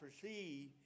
perceive